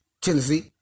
Tennessee